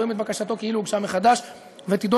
ורואים את בקשתו כאילו הוגשה מחדש ותידון